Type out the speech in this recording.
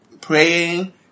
praying